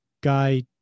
guy